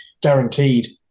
guaranteed